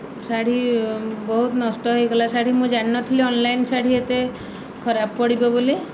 ଶାଢ଼ୀ ବହୁତ ନଷ୍ଟ ହୋଇଗଲା ଶାଢ଼ୀ ମୁଁ ଜାଣିନଥିଲି ଅନଲାଇନ ଶାଢ଼ୀ ଏତେ ଖରାପ ପଡିବ ବୋଲି